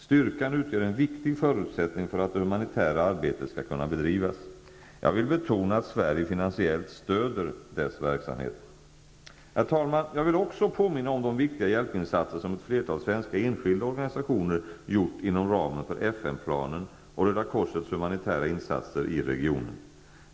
Styrkan utgör en viktig förutsättning för att det humanitära arbetet skall kunna bedrivas. Jag vill betona att Sverige finansiellt stöder dess verksamhet. Jag vill också påminna om de viktiga hjälpinsatser som ett flertal svenska enskilda organisationer gjort inom ramen för FN-planen och Röda korsets humanitära insatser i regionen.